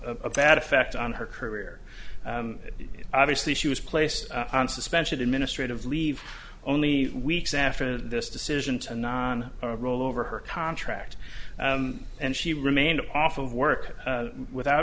a bad effect on her career obviously she was placed on suspension administrative leave only weeks after this decision to non rollover her contract and she remained off of work without